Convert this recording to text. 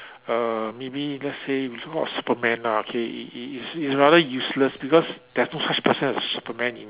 uh maybe let's say it's not Superman ah okay it it's it's rather useless because there's no such person as a Superman in